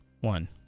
One